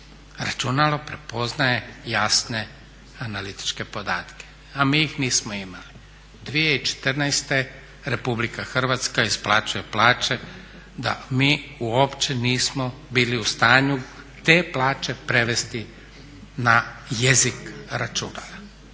računalo prepoznaje jasne analitičke podatke, a mi ih nismo imali. 2014. Republika Hrvatska isplaćuje plaće da mi uopće nismo bili u stanju te plaće prevesti na jezik računala,